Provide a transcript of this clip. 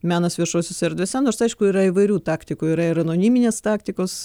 menas viešosiose erdvėse nors aišku yra įvairių taktikų yra ir anoniminės taktikos